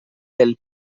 del